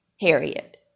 Harriet